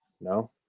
No